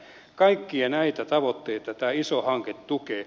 kaikkia näitä tavoitteita tämä iso hanke tukee